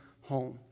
home